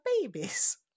babies